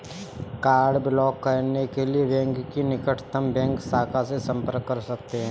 card block करने के लिए बैंक की निकटतम बैंक शाखा से संपर्क कर सकते है